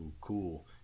cool